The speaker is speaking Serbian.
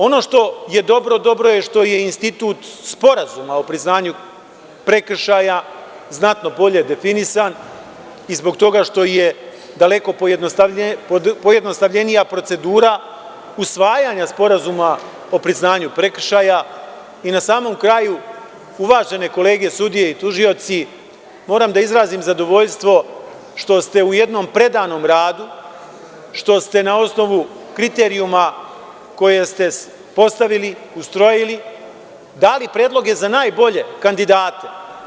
Ono što je dobro, dobro je što je institut Sporazuma o priznanju prekršaja znatno bolje definisan i zbog toga što je daleko pojednostavljenija procedura usvajanja sporazuma o priznanju prekršaja i na samom kraju, uvažene kolege sudije i tužioci, moram da izrazim zadovoljstvo što ste u jednom predanom radu, što ste na osnovu kriterijuma koje ste postavili, ustrojili dali predloge za najbolje kandidate.